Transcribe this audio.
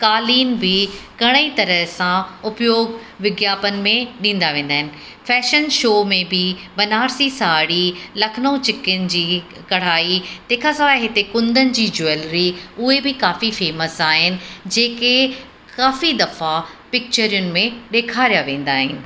कालीन बि घणेई तरह सां उपयोॻ विज्ञापन में ॾींदा वेंदा आहिनि फ़ैशन शो में बि बनारसी साड़ी लखनऊ चिकिन जी कढ़ाई तंहिं खां सवाइ हिते कुंदन जी ज्वैलरी उहे बि काफ़ी फ़ेमस आहिनि जेके काफ़ी दफ़ा पिक्चरुनि में ॾेखारिया वेंदा आहिनि